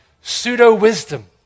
pseudo-wisdom